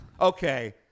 Okay